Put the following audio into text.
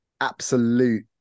absolute